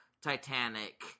titanic